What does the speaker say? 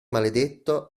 maledetto